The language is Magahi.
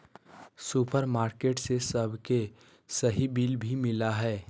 सुपरमार्केट से सबके सही बिल भी मिला हइ